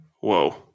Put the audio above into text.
Whoa